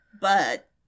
But-